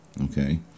Okay